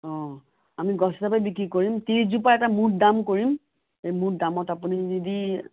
অ' আমি গছ হিচাপে বিক্ৰী কৰিম ত্ৰিছ জোপা এটা মুঠ দাম কৰিম মুঠ দামত আপুনি যদি